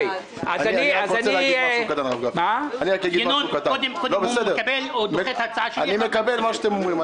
אני מקבל את מה שאתם אומרים.